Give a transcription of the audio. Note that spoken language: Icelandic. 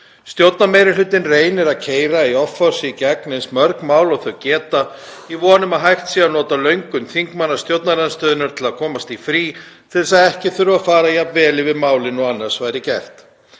Stjórnarmeirihlutinn reynir að keyra í offorsi í gegn eins mörg mál og hann getur í von um að hægt sé að nota löngun þingmanna stjórnarandstöðunnar til að komast í frí til þess að ekki þurfi að fara jafn vel yfir málin og annars væri gert.